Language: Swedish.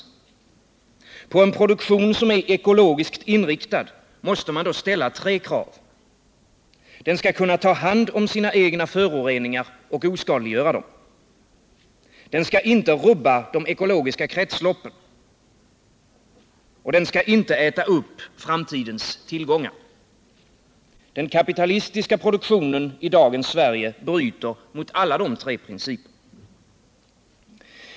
På en produktion som är ekologiskt inriktad måste man då ställa tre krav. Den skall kunna ta hand om sina egna föroreningar och oskadliggöra dem, den skall inte rubba de ekologiska kretsloppen och den skall inte äta upp framtidens tillgångar. Den kapitalistiska produktionen i dagens Sverige bryter mot alla dessa tre principer.